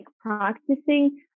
practicing